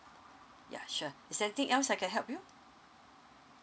ya sure is there anything else I can help you